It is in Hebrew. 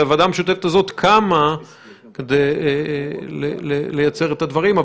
הרי הוועדה המשותפת הזאת קמה כדי לייצר את הדברים.